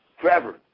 forever